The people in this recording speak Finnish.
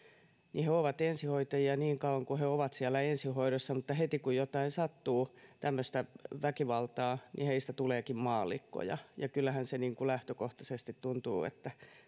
ovat ensihoitajia niin kauan kuin he ovat siellä ensihoidossa mutta heti kun jotain sattuu tämmöistä väkivaltaa heistä tuleekin maallikkoja ja kyllähän lähtökohtaisesti tuntuu että